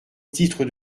titre